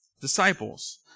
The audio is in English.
disciples